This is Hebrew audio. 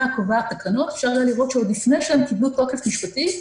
קובעת תקנות אפשר היה לראות שעוד לפני שהם קיבלו תוקף משפטי,